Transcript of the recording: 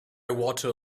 water